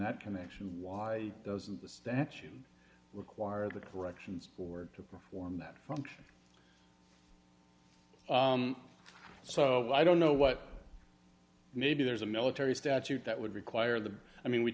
that connection why doesn't the statute require the corrections forward to perform that function so i don't know what maybe there's a military statute that would require the i mean we